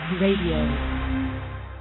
Radio